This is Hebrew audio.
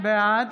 בעד